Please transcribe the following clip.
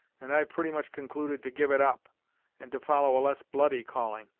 and i've pretty much concluded to give it up and to follow a less bloody calling.